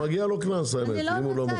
אז האמת שמגיע לו קנס, אם הוא לא מוכן.